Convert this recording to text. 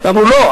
ואמרו: לא,